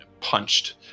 punched